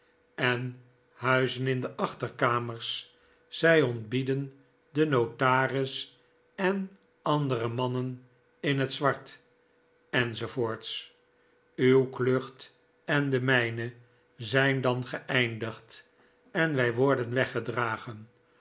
en huizen in de achterkamers zij ontbieden den notaris en andere mannen in het zwart enz uw klucht en de mijne zijn dan geeindigd en wij worden weggedragen